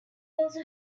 also